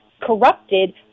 corrupted